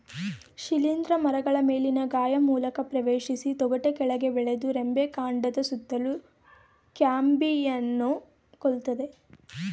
ಶಿಲೀಂಧ್ರ ಮರಗಳ ಮೇಲಿನ ಗಾಯ ಮೂಲಕ ಪ್ರವೇಶಿಸಿ ತೊಗಟೆ ಕೆಳಗೆ ಬೆಳೆದು ರೆಂಬೆ ಕಾಂಡದ ಸುತ್ತಲೂ ಕ್ಯಾಂಬಿಯಂನ್ನು ಕೊಲ್ತದೆ